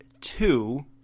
two